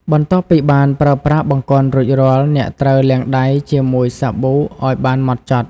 បន្ទាប់ពីបានប្រើប្រាស់បង្គន់រួចរាល់ អ្នកត្រូវលាងដៃជាមួយសាប៊ូឱ្យបានហ្មត់ចត់។